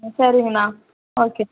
ம் சரிங்கண்ணா ஓகே